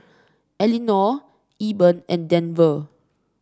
Elinore Eben and Denver